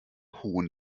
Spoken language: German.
hohen